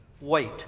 wait